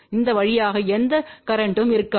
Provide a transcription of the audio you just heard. அந்த வழியாக எந்த கரேன்ட்டமும் இருக்காது